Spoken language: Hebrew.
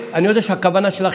אני יודע שהכוונה שלך